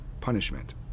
punishment